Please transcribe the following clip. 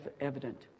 evident